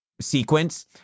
sequence